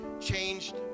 changed